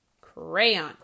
Crayon